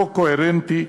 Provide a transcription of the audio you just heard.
לא קוהרנטי,